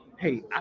hey